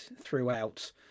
throughout